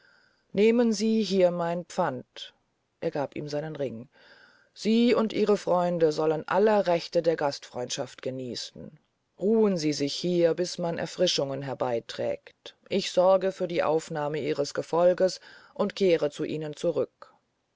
nehmen sie hier mein pfand er gab ihm seinen ring sie und ihre freunde sollen aller rechte der gastfreundschaft genießen ruhen sie sich hier bis man erfrischungen herbeyträgt ich sorge nur für die aufnahme ihres gefolges und kehre zu ihnen zurück